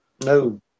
No